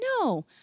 No